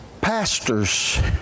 pastors